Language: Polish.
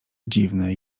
dziwne